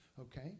Okay